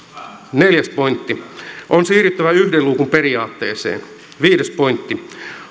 neljäs pointti on siirryttävä yhden luukun periaatteeseen viides pointti